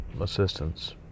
assistance